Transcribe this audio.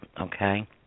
Okay